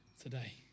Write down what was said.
today